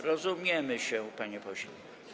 Rozumiemy się, panie pośle.